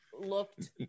looked